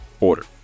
order